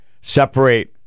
separate